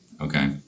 Okay